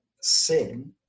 sin